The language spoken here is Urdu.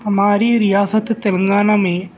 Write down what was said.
ہماری ریاستِ تلنگانہ میں